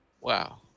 Wow